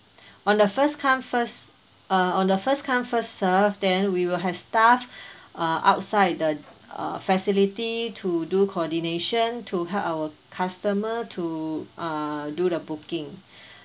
on the first come first uh on the first come first serve then we will have staff uh outside the uh facility to do coordination to help our customer to uh do the booking